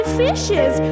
fishes